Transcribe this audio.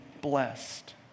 blessed